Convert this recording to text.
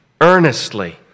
earnestly